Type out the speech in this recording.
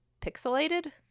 pixelated